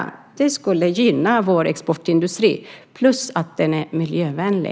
Det skulle gynna vår exportindustri. Dessutom är den miljövänlig.